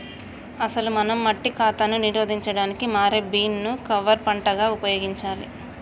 అసలు మనం మట్టి కాతాను నిరోధించడానికి మారే బీన్ ను కవర్ పంటగా ఉపయోగించాలి